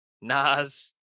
Nas